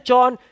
John